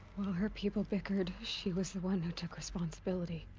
her people bickered, she was the one who took responsibility.